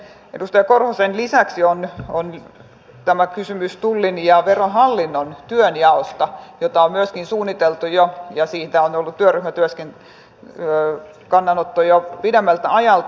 edustaja korhosen lisäksi on tämä kysymys tullin ja verohallinnon työnjaosta jota on jo myöskin suunniteltu ja siitä on ollut työryhmän kannanotto jo pidemmältä ajalta